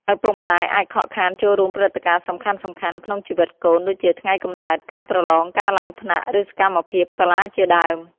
ឪពុកម្ដាយអាចខកខានចូលរួមព្រឹត្តិការណ៍សំខាន់ៗក្នុងជីវិតកូន ដូចជាថ្ងៃកំណើត ការប្រឡង ការឡើងថ្នាក់ ឬសកម្មភាពសាលាជាដើម។